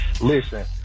Listen